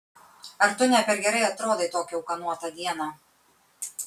ar tu ne per gerai atrodai tokią ūkanotą dieną